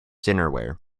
dinnerware